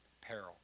peril